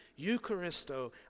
Eucharisto